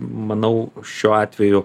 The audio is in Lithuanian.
manau šiuo atveju